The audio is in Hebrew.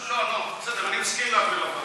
לא, לא, בסדר, אני מסכים להעביר לוועדה.